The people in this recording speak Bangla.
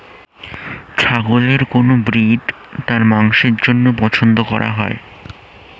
ছাগলের কোন ব্রিড তার মাংসের জন্য পছন্দ করা হয়?